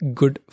good